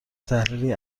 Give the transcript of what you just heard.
تحلیلی